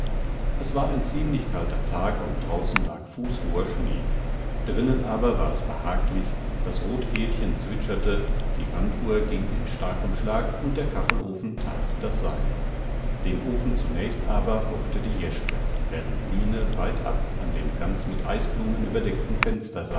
es war ein ziemlich kalter tag und draußen lag fußhoher schnee drinnen aber war es behaglich das rothkehlchen zwitscherte die wanduhr ging in starkem schlag und der kachelofen that das seine dem ofen zunächst aber hockte die jeschke während line weitab an dem ganz mit eisblumen überdeckten fenster